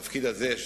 התפקיד הזה,